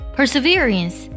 Perseverance